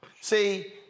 See